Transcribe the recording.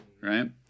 right